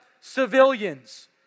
civilians